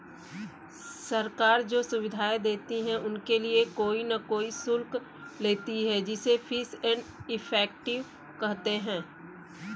सरकार जो सुविधाएं देती है उनके लिए कोई न कोई शुल्क लेती है जिसे फीस एंड इफेक्टिव कहते हैं